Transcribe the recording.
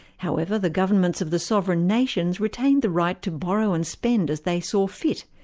however, the governments of the sovereign nations retained the right to borrow and spend as they saw fit,